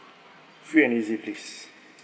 free and easy please